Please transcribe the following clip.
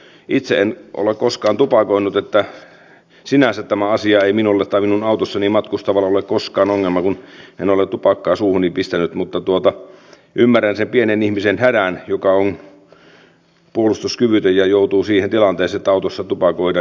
itse en ole koskaan tupakoinut niin että sinänsä tämä asia ei minulle tai minun autossani matkustavalle ole koskaan ongelma koska en ole tupakkaa suuhuni pistänyt mutta ymmärrän sen pienen ihmisen hädän joka on puolustuskyvytön ja joutuu siihen tilanteeseen että autossa tupakoidaan